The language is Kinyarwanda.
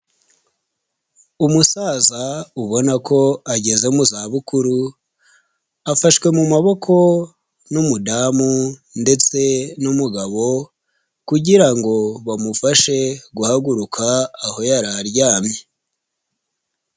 Umusaza ubona ko ageze mu za bukuru, afashwe mu maboko n'umudamu ndetse n'umugabo, kugira ngo bamufashe guhaguruka aho yari aryamye.